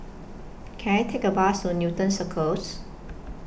Can I Take A Bus to Newton Circus